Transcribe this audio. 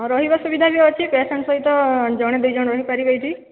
ହଁ ରହିବା ସୁବିଧା ବି ଅଛି ପେସେଣ୍ଟ୍ଙ୍କ ସହିତ ଜଣେ କି ଦୁଇ ଜଣ ରହି ପାରିବେ ଏଠି